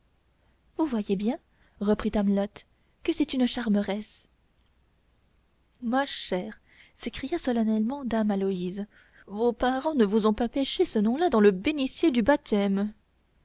vous voyez bien reprit amelotte que c'est une charmeresse ma chère s'écria solennellement dame aloïse vos parents ne vous ont pas pêché ce nom-là dans le bénitier du baptême